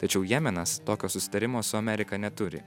tačiau jemenas tokio susitarimo su amerika neturi